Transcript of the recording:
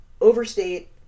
overstate